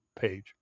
page